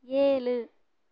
ஏழு